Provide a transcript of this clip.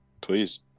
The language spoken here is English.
Please